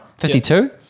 52